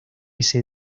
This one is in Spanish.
ese